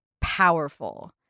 powerful